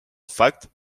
fakt